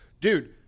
Dude